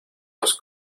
nos